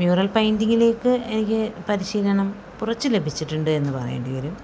mural പെയിൻ്റിങ്ങിലേക്ക് എനിക്ക് പരിശീലനം കുറച്ച് ലഭിച്ചിട്ടുണ്ട് എന്ന് പറയേണ്ടിവരും